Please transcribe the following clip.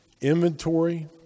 inventory